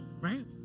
right